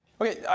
Okay